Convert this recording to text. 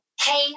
Hey